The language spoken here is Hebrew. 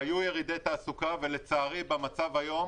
היו ירידי תעסוקה ולצערי במצב היום